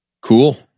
Cool